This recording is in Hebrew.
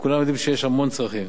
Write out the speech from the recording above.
וכולם יודעים שיש המון צרכים,